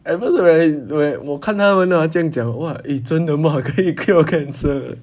at first when I when I 我看他们 ah 这样讲哇呃真的吗可以 cure cancer eh